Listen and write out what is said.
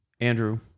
andrew